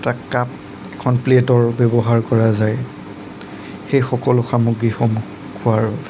এটা কাপ এখন প্লেটৰ ব্য়ৱহাৰ কৰা যায় সেই সকলো সামগ্ৰীসমূহ খোৱাৰ বাবে